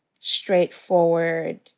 straightforward